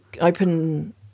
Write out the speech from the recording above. open